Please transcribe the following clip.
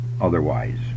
otherwise